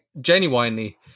genuinely